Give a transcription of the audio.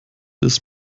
ist